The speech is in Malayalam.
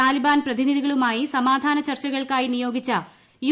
താലിബാൻ പ്രതിനിധികളുമായി സമാധാന ചർച്ചകൾക്കായി നിയോഗിച്ചു യു